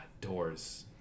Doors